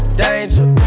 danger